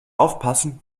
aufpassen